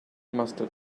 mustard